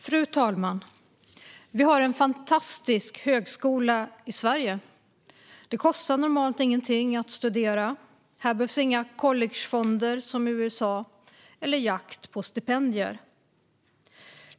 Fru talman! Vi har en fantastisk högskola i Sverige. Det kostar normalt ingenting att studera; här behövs inga collegefonder, som i USA, eller någon jakt på stipendier.